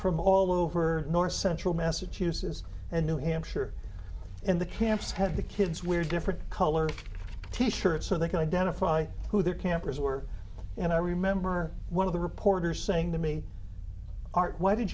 from all over north central massachusetts and new hampshire in the camps have the kids wear different colored t shirts so they can identify who their campers were and i remember one of the reporters saying to me art why did